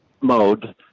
mode